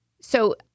So-